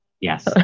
Yes